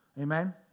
Amen